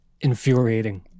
infuriating